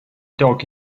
dog